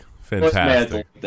Fantastic